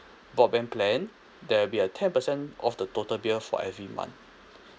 broadband plan there'll be a ten percent off the total bill for every month